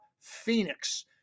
Phoenix